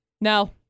No